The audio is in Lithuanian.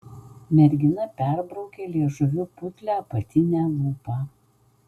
mergina perbraukė liežuviu putlią apatinę lūpą